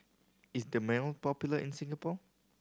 is Dermale popular in Singapore